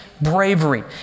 bravery